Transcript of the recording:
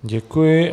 Děkuji.